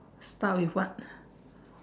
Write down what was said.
start with what